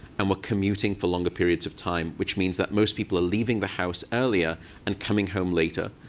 and we're commuting for longer periods of time, which means that most people are leaving the house earlier and coming home later.